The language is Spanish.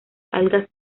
algas